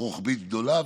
רוחבית גדולה.